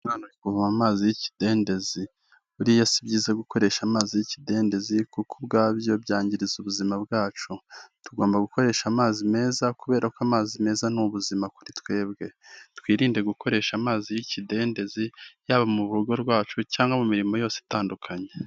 Umwana uri kuvoma amazi y'ikidendezi, buriya si byiza gukoresha amazi y'ikidendezi kuko ubwabyo byangiriza ubuzima bwacu, tugomba gukoresha amazi meza kubera ko amazi meza ni ubuzima kuri twebwe, twirinde gukoresha amazi y'ikidendezi yaba mu rugo rwacu cyangwa mu mirimo yose itandukanye.